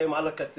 שהם על הקצה,